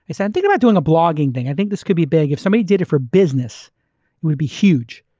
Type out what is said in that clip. i said, think about doing a blogging thing. i think this could be big. if somebody did it for business, it would be huge.